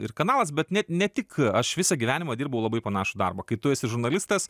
ir kanalas bet net ne tik aš visą gyvenimą dirbau labai panašų darbą kai tu esi žurnalistas